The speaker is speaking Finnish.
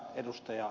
saariselle